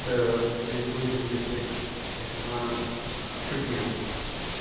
تہٕ بیٚیہِ پیٖنٛژِم ڈِسٹرک کیاہ چھِ اتھ وَنان شُپیَن